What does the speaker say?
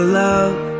love